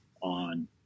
on